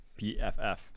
PFF